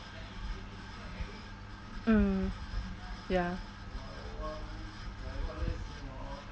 mm ya